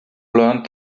learned